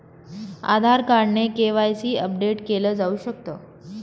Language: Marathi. आधार कार्ड ने के.वाय.सी अपडेट केल जाऊ शकत